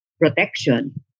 protection